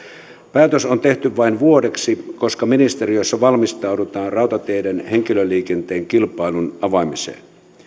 päätös on tehty vain vuodeksi koska ministeriössä valmistaudutaan rautateiden henkilöliikenteen kilpailun avaamiseen